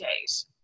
days